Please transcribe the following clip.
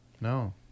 No